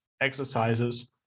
exercises